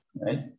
right